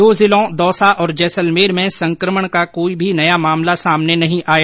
दो जिलों दौसा और जैसलमेर में संकमण का कोई भी नया मामला सामने नहीं आया